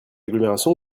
d’agglomération